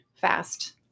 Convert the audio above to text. fast